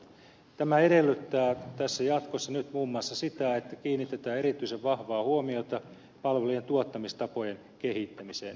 tämä edellyttää jatkossa muun muassa sitä että kiinnitetään erityisen vahvaa huomiota palvelujen tuottamistapojen kehittämiseen